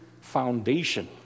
foundation